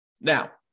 Now